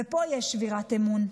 ופה יש שבירת אמון.